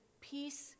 Peace